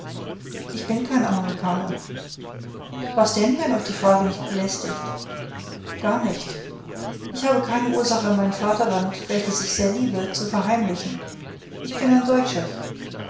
ich bin kein amerikaner was denn wenn euch die frage nicht belästigt gar nicht ich habe keine ursache mein vaterland welches ich sehr liebe zu verheimlichen ich bin ein deutscher